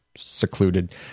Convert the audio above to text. secluded